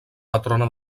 patrona